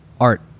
Art